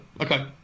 Okay